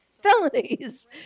felonies